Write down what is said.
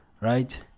right